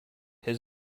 his